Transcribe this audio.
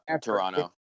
Toronto